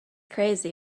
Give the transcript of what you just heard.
crazy